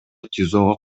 тизого